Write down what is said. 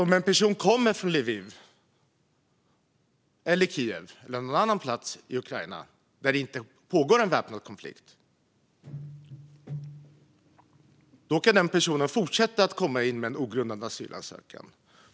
Om en person kommer från Lviv, Kiev eller en annan plats i Ukraina där det inte pågår någon väpnad konflikt kan den personen alltså fortsätta att komma in med en ogrundad asylansökan.